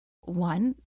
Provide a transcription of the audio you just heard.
one